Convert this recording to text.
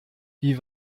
wie